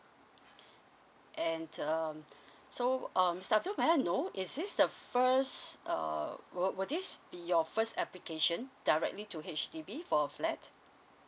and um so um mister abdul may I know is this the first err will will this be your first application directly to H_D_B for a flat